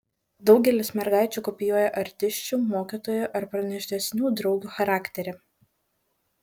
daugelis mergaičių kopijuoja artisčių mokytojų ar pranašesnių draugių charakterį